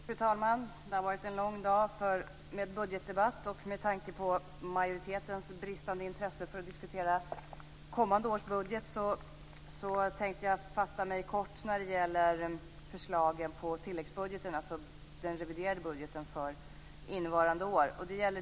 Fru talman! Det har varit en lång dag med budgetdebatt, och med tanke på majoritetens bristande intresse för att diskutera kommande års budget tänkte jag fatta mig kort när det gäller förslaget på tilläggsbudget, alltså den reviderade budgeten för innevarande år.